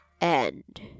End